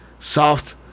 Soft